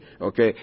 Okay